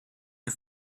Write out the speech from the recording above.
you